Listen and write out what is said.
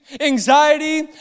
Anxiety